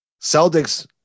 Celtics